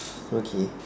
okay